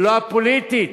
ולא הפוליטית,